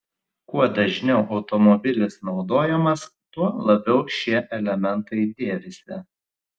kuo dažniau automobilis naudojamas tuo labiau šie elementai dėvisi